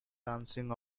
dancing